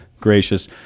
gracious